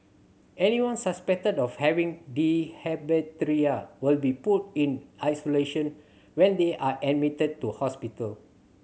anyone suspected of having diphtheria will be put in isolation when they are admitted to hospital